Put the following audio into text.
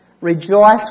Rejoice